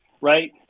right